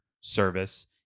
service